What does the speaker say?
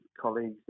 colleagues